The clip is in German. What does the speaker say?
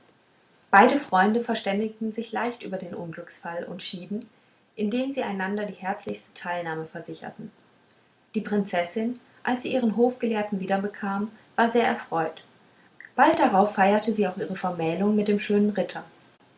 beide freunde verständigten sich leicht über den unglücksfall und schieden indem sie sich einander die herzlichste teilnahme versicherten die prinzessin als sie ihren hofgelehrten wiederbekam war sehr erfreut bald darauf feierte sie auch ihre vermählung mit dem schönen ritter